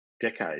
decades